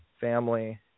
family